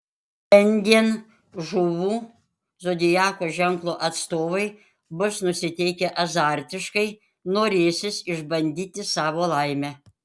šiandien žuvų zodiako ženklo atstovai bus nusiteikę azartiškai norėsis išbandyti savo laimę